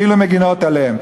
כאילו הן מגינות עליהן.